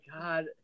God